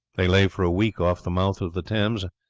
they lay for a week off the mouth of the thames,